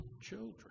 children